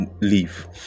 leave